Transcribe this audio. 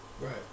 Right